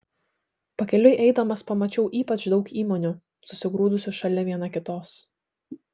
pakeliui eidamas pamačiau ypač daug įmonių susigrūdusių šalia viena kitos